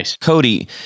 Cody